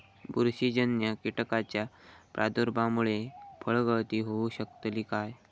बुरशीजन्य कीटकाच्या प्रादुर्भावामूळे फळगळती होऊ शकतली काय?